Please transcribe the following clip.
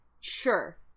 sure